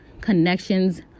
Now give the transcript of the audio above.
connections